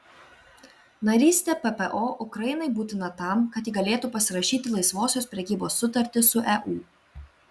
narystė ppo ukrainai būtina tam kad ji galėtų pasirašyti laisvosios prekybos sutartį su eu